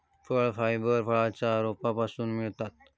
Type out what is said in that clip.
फळ फायबर फळांच्या रोपांपासून मिळवतत